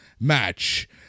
match